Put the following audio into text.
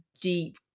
deep